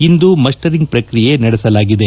ಇಂದು ಮಸ್ಸರಿಂಗ್ ಪ್ರಕ್ರಿಯೆ ನಡೆಸಲಾಗಿದೆ